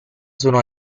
sono